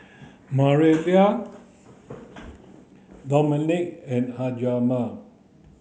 Mariana Dominik and Hjalmar